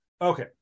Okay